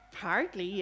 partly